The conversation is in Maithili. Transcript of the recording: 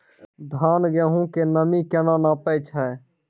धान, गेहूँ के नमी केना नापै छै?